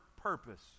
purpose